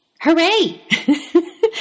Hooray